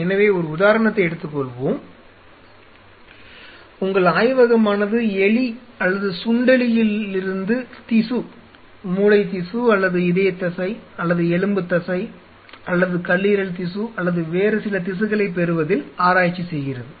எனவே ஒரு உதாரணத்தை எடுத்துக் கொள்வோம் உங்கள் ஆய்வகமானது எலி அல்லது சுண்டெலியிலிருந்து திசு மூளை திசு அல்லது இதயத்தசை அல்லது எலும்புத்தசை அல்லது கல்லீரல் திசு அல்லது வேறு சில திசுக்களைப் பெறுவதில் ஆராய்ச்சி செய்கிறது